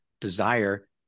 desire